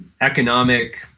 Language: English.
economic